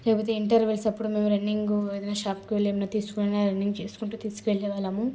లేకపోతే ఇంటర్వెల్స్ అప్పుడు మేము రన్నింగు ఏదైనా షాప్కి వెళ్ళి ఏమన్నా తీసుకున్నా రన్నింగ్ చేసుకుంటు తీసుకెళ్ళే వాళ్ళము